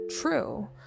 true